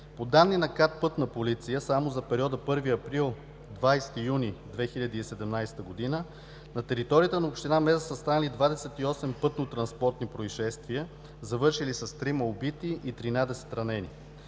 По данни на КАТ – „Пътна полиция“ само за периода 1 април – 20 юни 2017 г. на територията на община Мездра са станали 28 пътно-транспортни произшествия, завършили с трима убити и 13 ранени.